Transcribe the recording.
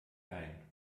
ein